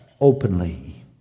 openly